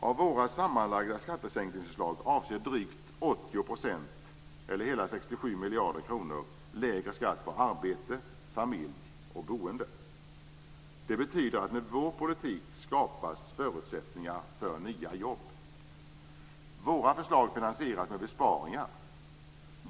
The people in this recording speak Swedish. Av våra sammanlagda skattesänkningsförslag avser drygt 80 % eller hela 67 miljarder kronor lägre skatt på arbete, familj och boende. Det betyder att med vår politik skapas förutsättningar för nya jobb. Våra förslag finansieras med besparingar.